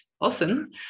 often